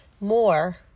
more